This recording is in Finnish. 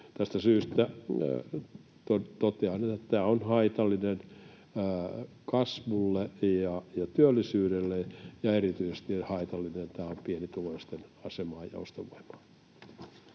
Tästä syystä totean, että tämä on haitallinen kasvulle ja työllisyydelle ja erityisen haitallinen tämä on pienituloisten asemalle ja ostovoimalle.